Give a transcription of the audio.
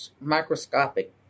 microscopic